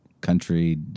country